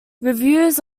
reviews